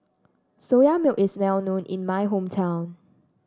Soya Milk is well known in my hometown